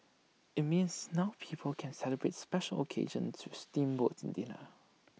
IT means now people can celebrate special occasions with A steamboat in dinner